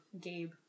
Gabe